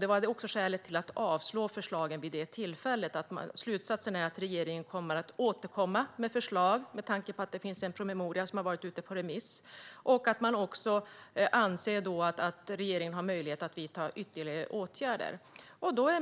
Det var också skälet till att avstyrka förslagen vid det tillfället. Slutsatsen är att regeringen kommer att återkomma med förslag med tanke på att det finns en promemoria som har varit ute på remiss. Man anser att regeringen har möjlighet att vidta ytterligare åtgärder. Fru talman!